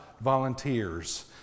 volunteers